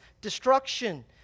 destruction